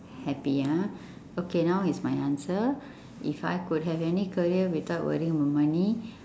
happy ah okay now is my answer if I could have any career without worrying about money